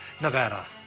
Nevada